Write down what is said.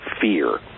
fear